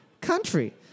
country